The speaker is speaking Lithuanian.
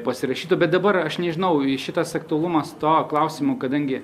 pasirašytų bet debar aš nežinau šitas aktualumas to klausimo kadangi